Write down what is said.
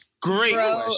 Great